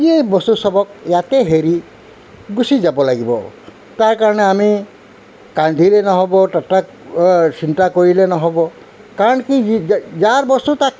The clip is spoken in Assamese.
এই বস্তু চবক ইয়াতেই হেৰি গুচি যাব লাগিব তাৰ কাৰণে আমি কান্দিলে নহ'ব তথা চিন্তা কৰিলে নহ'ব কাৰণ কি যাৰ বস্তু তাক